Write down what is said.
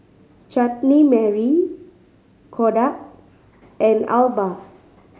Chutney Mary Kodak and Alba